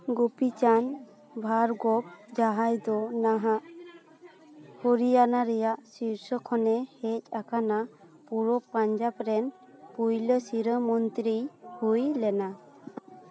ᱜᱳᱯᱤᱪᱟᱸᱫᱽ ᱵᱷᱟᱨᱜᱚᱵᱷ ᱡᱟᱦᱟᱸᱭ ᱫᱚ ᱱᱟᱦᱟᱜ ᱦᱚᱨᱤᱭᱟᱱᱟ ᱨᱮᱭᱟᱜ ᱥᱤᱨᱥᱚ ᱠᱷᱚᱱᱮ ᱦᱮᱡ ᱟᱠᱟᱱᱟ ᱯᱩᱨᱚᱵᱚ ᱯᱟᱧᱡᱟᱵᱽ ᱨᱮᱱ ᱯᱩᱭᱞᱟᱹ ᱥᱤᱨᱟᱹ ᱢᱚᱱᱛᱨᱤ ᱦᱩᱭ ᱞᱮᱱᱟ